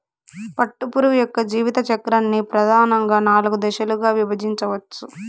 పట్టుపురుగు యొక్క జీవిత చక్రాన్ని ప్రధానంగా నాలుగు దశలుగా విభజించవచ్చు